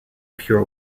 pure